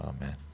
Amen